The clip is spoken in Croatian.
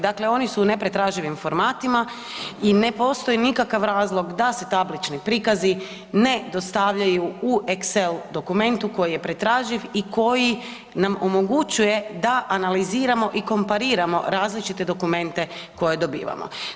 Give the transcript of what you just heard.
Dakle, oni su u nepretraživim formatima i ne postoji nikakav razlog da se tablični prikazi ne dostavljaju u exel dokumentu koji je pretraživ i koji nam omogućuje da analiziramo i kompariramo različite dokumente koje dobivamo.